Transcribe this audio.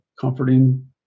comforting